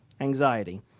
Anxiety